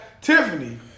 Tiffany